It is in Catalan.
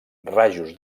rajos